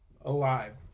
alive